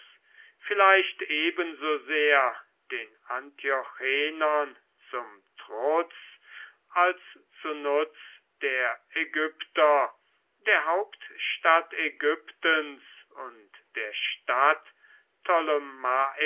vielleicht ebensosehr den antiochenern zum trutz als zu nutz der ägypter der hauptstadt ägyptens und der stadt